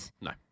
No